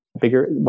bigger